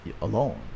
alone